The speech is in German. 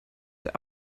der